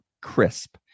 crisp